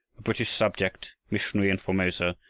a british subject, missionary in formosa,